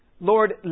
Lord